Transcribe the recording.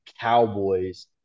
cowboys